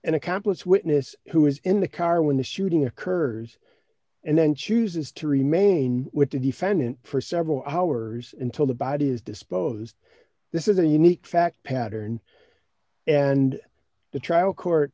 an accomplice witness who is in the car when the shooting occurs and then chooses to remain with the defendant for several hours until the body is disposed this is a unique fact pattern and the trial court